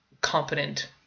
competent